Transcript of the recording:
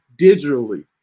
digitally